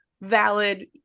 valid